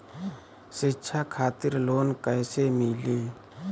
शिक्षा खातिर लोन कैसे मिली?